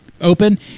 open